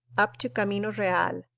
up to camino real,